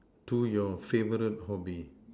to your favourite hobby